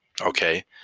okay